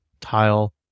tile